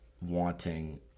wanting